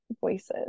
voices